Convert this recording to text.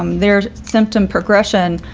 um there's symptom progression,